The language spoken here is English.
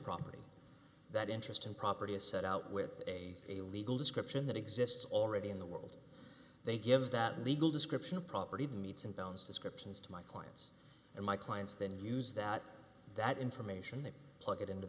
property that interest in property is set out with a a legal description that exists already in the world they give that legal description of property needs and bones descriptions to my clients and my clients then use that that information they plug it into